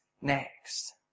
next